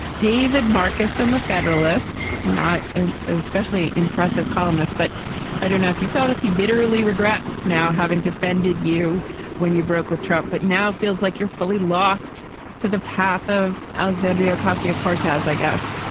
david marcus and the federalist, not an especially impressive columnist, but i don't know if you saw this. he bitterly regrets now, having defended you when you broke with trump, but now feels like you're fully lost to the path of alexandra ocasio. cortez, i guess.